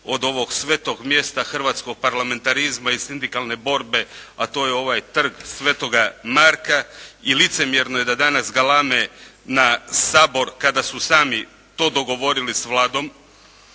od ovog svetog mjesta hrvatskog parlamentarizma i sindikalne borbe, a to je ovaj Trg sv. Marka i licemjerno je da danas galame na Sabor kada su sami to dogovorili s Vladom.